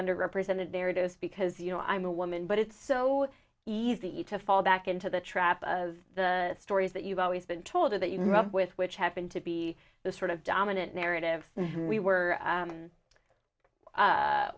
under represented there it is because you know i'm a woman but it's so easy to fall back into the trap of the stories that you've always been told or that you run with which happened to be the sort of dominant narrative we were